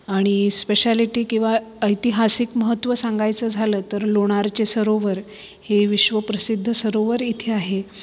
आणि स्पेशालिटी किंवा ऐतिहासिक महत्त्व सांगायचं झालं तर लोणारचे सरोवर हे विश्वप्रसिद्ध सरोवर इथे आहे